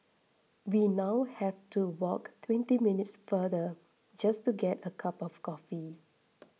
we now have to walk twenty minutes farther just to get a cup of coffee